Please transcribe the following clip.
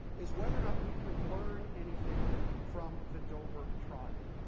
is whether or not we can learn anything from the dover trial?